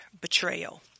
betrayal